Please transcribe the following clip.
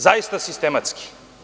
Zaista sistematski.